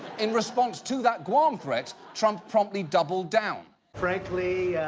in response to that guam threat, trump promptly doubled down. frankly,